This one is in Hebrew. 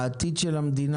העתיד של המדינה,